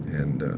and